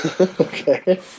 Okay